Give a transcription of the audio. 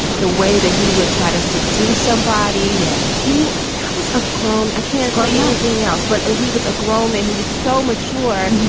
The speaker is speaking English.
the way that he would try to seduce somebody. yeah he was a groom. i can't say anything else. but as he was a grown man, he was so mature,